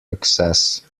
access